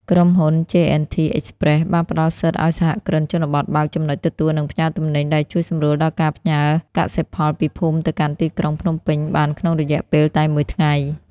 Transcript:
ក្រុមហ៊ុន ជេអែនធី អ៊ិចប្រេស (J&T Express) បានផ្ដល់សិទ្ធិឱ្យសហគ្រិនជនបទបើក "ចំណុចទទួល និងផ្ញើទំនិញ" ដែលជួយសម្រួលដល់ការផ្ញើកសិផលពីភូមិទៅកាន់ទីក្រុងភ្នំពេញបានក្នុងរយៈពេលតែមួយថ្ងៃ។